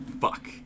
Fuck